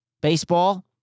Baseball